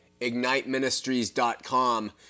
igniteministries.com